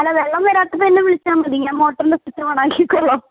അല്ല വെള്ളം വരാത്തപ്പെന്നെ വിളിച്ചാൽ മതി ഞാൻ മോട്ടറിന്റെ സ്വിച്ചോണാക്കിക്കോള്ളാം